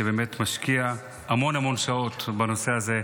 שבאמת משקיע המון המון שעות בנושא הזה,